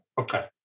Okay